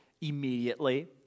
immediately